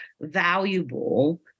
valuable